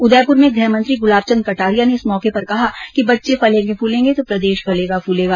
उदयपुर में गृह मंत्री गुलाबचन्द कटारिया ने इस मौके पर कहा कि बच्चे फलेंगे फूलेंगे तो प्रदेश फलेगा फूलेगा